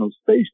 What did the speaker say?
Space